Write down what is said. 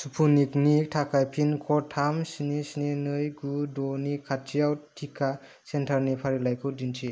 स्पुटनिकनि थाखाय pin code थाम स्नि स्नि नै गु द' नि खाथिआव टिका सेन्टारनि फारिलाइखौ दिन्थि